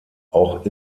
auch